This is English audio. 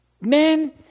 Men